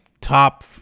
top